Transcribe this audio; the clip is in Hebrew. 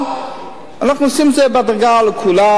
אבל אנחנו עושים את זה בהדרגה לכולם,